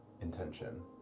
intention